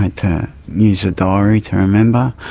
ah to use a diary to remember,